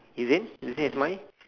is it the same as mine